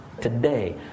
Today